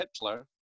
Hitler